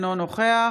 אינו נוכח